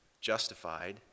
justified